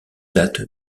date